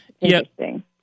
Interesting